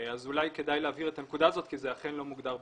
אולי כדאי להבהיר את הנקודה הזאת כי זה אכן לא מוגדר בתקנות.